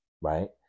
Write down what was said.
right